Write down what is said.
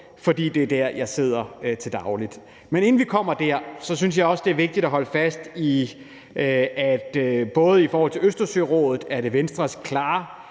fordi det er der, jeg sidder til daglig. Men inden vi kommer dertil, synes jeg også, det er vigtigt at holde fast i, at det i forhold til Østersørådet er Venstres